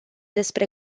despre